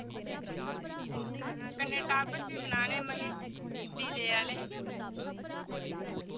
हां कन्नै टापस बी बनाने दिले आह्ले